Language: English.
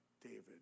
David